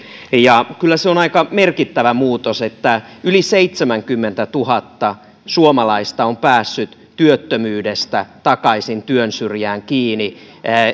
kyllä se on aika merkittävä muutos että yli seitsemänkymmentätuhatta suomalaista on päässyt työttömyydestä takaisin työnsyrjään kiinni